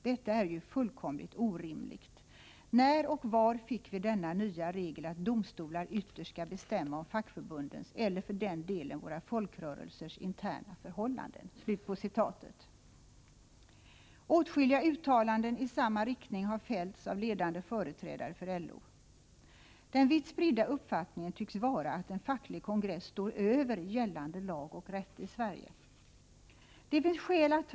Detta är ju fullkomligt orimligt. När och var fick vi denna nya regel att domstolar ytterst ska bestämma om fackförbundens eller för den delen våra folkrörelsers interna förhållanden?” Åtskilliga uttalanden i samma riktning har fällts av ledande företrädare för LO. Den vitt spridda uppfattningen tycks vara att en facklig kongress står över gällande lag och rätt i Sverige.